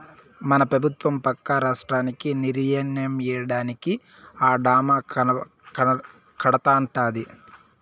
మన పెబుత్వం పక్క రాష్ట్రానికి నీరియ్యడానికే ఆ డాము కడతానంటాంది